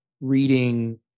reading